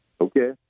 Okay